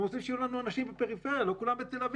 אנחנו רוצים שיהיו לנו אנשים בפריפריה לא כולם בתל-אביב.